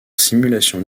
simulations